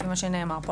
לפי מה שנאמר פה,